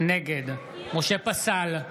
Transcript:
נגד משה פסל,